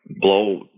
blow